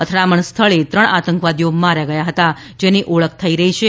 અથડામણ સ્થળે ત્રણ આતંકવાદીઓ માર્યા ગયા હતા જેની ઓળખ થઈ રહી છે